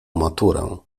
maturę